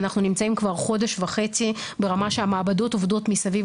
ואנחנו נמצאים כבר חודש וחצי ברמה שהמעבדות עובדות מסביב